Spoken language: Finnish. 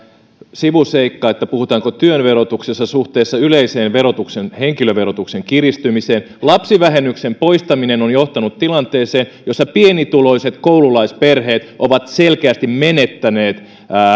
sivuseikka puhutaanko työn verotuksesta suhteessa yleiseen henkilöverotuksen kiristymiseen lapsivähennyksen poistaminen on johtanut tilanteeseen jossa pienituloiset koululaisperheet ovat selkeästi menettäneet